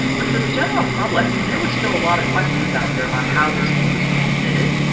but for the general public, there were still a lot of questions out there about how disease was transmitted.